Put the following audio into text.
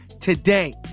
today